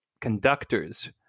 conductors